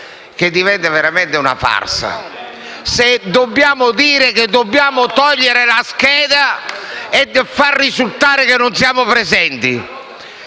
diventa veramente una farsa se dobbiamo dire che dobbiamo togliere la tessera e far risultare che non siamo presenti.